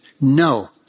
No